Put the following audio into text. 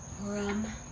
Rum